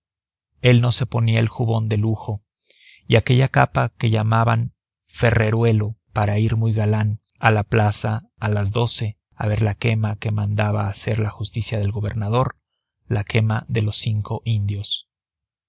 él no se ponía el jubón de lujo y aquella capa que llamaban ferreruelo para ir muy galán a la plaza a las doce a ver la quema que mandaba hacer la justicia del gobernador la quema de los cinco indios